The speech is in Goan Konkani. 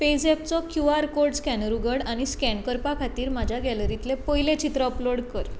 पेझॅपचो क्यू आर कोड स्कॅनर उघड आनी स्कॅन करपा खातीर म्हज्या गॅलरींतलें पयलें चित्र अपलोड कर